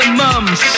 mums